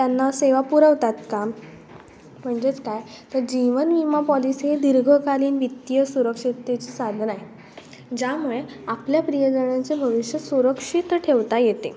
त्यांना सेवा पुरवतात का म्हणजेच काय तर जीवनविमा पॉलिसी हे दीर्घकालीन वित्तीय सुरक्षिततेची साधन आहे ज्यामुळे आपल्या प्रियजनांचे भविष्य सुरक्षित ठेवता येते